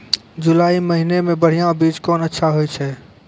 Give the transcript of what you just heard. जुलाई महीने मे बढ़िया बीज कौन अच्छा होय छै?